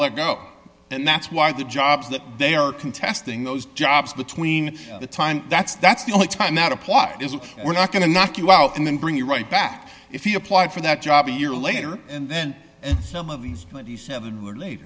out and that's why the jobs that they are contesting those jobs between the time that's that's the only time that apply if you were not going to knock you out and then bring you right back if you applied for that job a year later and then some of you were late